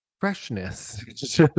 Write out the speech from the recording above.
Freshness